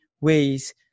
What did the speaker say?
ways